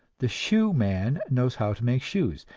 the shoe man knows how to make shoes,